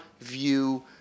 view